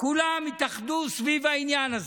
כולם התאחדו סביב העניין הזה.